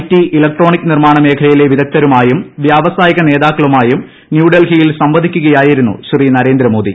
T electronic നിർമ്മാണ മേഖലയിലെ വിദഗ്ധരുമായും വ്യാവസായിക നേതാക്കളുമായും ന്യൂഡൽഹിയിൽ സംവദിക്കുകയായിരുന്നു ശ്രീ നരേന്ദ്രമോദി